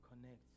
Connect